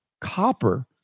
copper